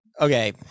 okay